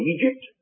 Egypt